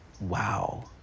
Wow